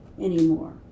anymore